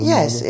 Yes